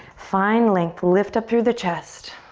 find length. lift up through the chest.